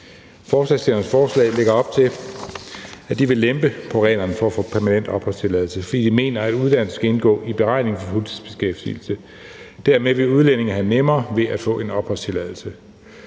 Forslagsstillernes forslag lægger op til, at de vil lempe på reglerne for at få permanent opholdstilladelse, fordi de mener, at uddannelse skal indgå i beregningen for fuldtidsbeskæftigelse. Dermed vil udlændinge have nemmere ved at få en opholdstilladelse.